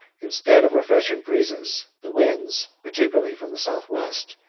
instead of refreshing breezes, the winds, particularly from the south-west,